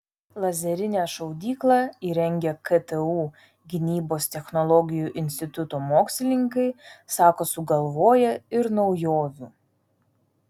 lazerinę šaudyklą įrengę ktu gynybos technologijų instituto mokslininkai sako sugalvoję ir naujovių